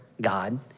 God